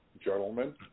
gentlemen